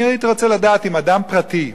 אני הייתי רוצה לדעת אם אדם פרטי,